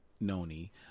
Noni